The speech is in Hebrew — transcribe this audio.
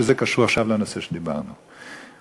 וזה קשור עכשיו לנושא שדיברנו עליו,